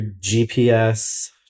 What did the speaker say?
GPS